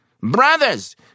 Brothers